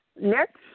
Next